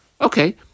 Okay